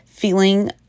feeling